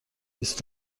بیست